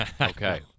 okay